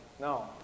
No